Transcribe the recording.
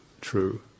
true